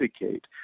indicate